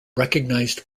recognized